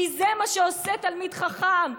כי זה מה שעושה תלמיד חכם.